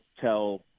tell